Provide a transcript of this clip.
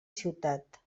ciutat